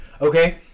okay